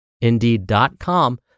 Indeed.com